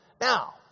Now